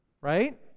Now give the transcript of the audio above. right